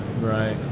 Right